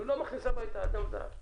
הם לא מכניסים הביתה אדם זר,